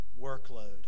workload